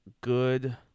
good